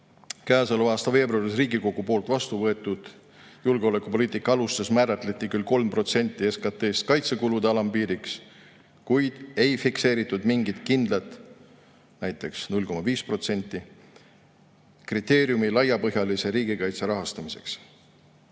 Käesoleva aasta veebruaris Riigikogus vastu võetud julgeolekupoliitika alustes määratleti küll 3% SKT-st kaitsekulude alampiiriks, kuid ei fikseeritud mingit kindlat, näiteks 0,5% kriteeriumi laiapõhjalise riigikaitse rahastamiseks.